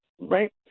Right